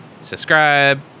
subscribe